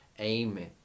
Amen